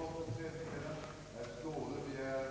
ja-röst men ämnade rösta nej.